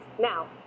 Now